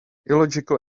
illogical